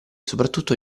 soprattutto